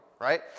right